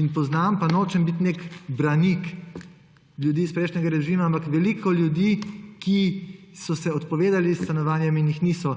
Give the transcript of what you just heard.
In poznam, pa nočem biti nek branik ljudi iz prejšnjega režima, ampak veliko ljudi, ki so se odpovedali stanovanjem in jih niso